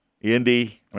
Indy